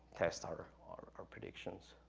test our our predictions.